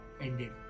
ended